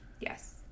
Yes